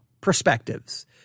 perspectives